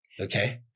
Okay